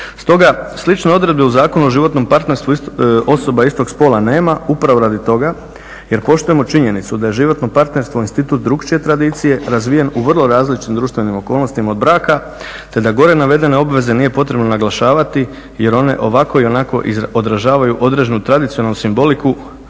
Stoga, slične odredbe u Zakonu o životnom partnerstvu osoba istog spola nema upravo radi toga jer poštujemo činjenicu da je životno partnerstvo institut drukčije tradicije razvijen u vrlo različitim društvenim okolnostima od braka te da gore navedene obveze nije potrebno naglašavati jer one ovako i onako odražavaju određenu tradicionalnu simboliku